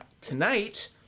tonight